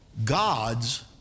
God's